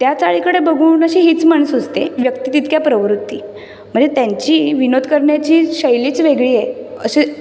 त्या चाळीकडे बघून अशी हीच म्हण सुचते व्यक्ती तितक्या प्रवृत्ती म्हणजे त्यांची विनोद करण्याची शैलीच वेगळी आहे असे